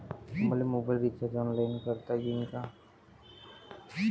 मले mobile recharge online करता येईन का?